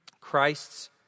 Christ's